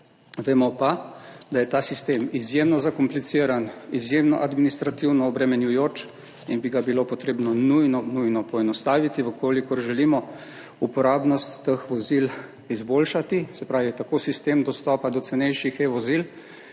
vemo pa, da je ta sistem izjemno zakompliciran, izjemno administrativno obremenjujoč in bi ga bilo potrebno nujno, nujno poenostaviti, če želimo uporabnost teh vozil izboljšati, se pravi tako sistem dostopa do cenejših e-vozil